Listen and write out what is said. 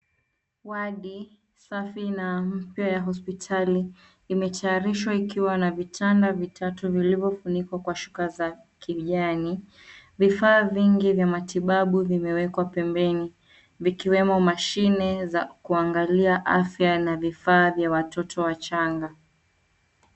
Wadi safi na mpya ya hospitaliti imetayarishwa ikiwa na vitanda vitatu vilivyofunikwa kwa shuka za kijani, vifaa vingi vya matibabu vimeekwa pembeni vikiwemo mashine za kuangalia afya na vifaa vya watoto wachanga.